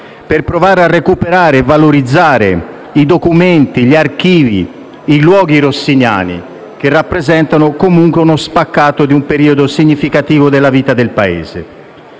per provare a recuperare e valorizzare i documenti, gli archivi, i luoghi rossiniani che rappresentano comunque lo spaccato di un periodo significativo nella vita del nostro